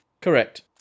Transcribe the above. Correct